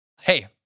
Hey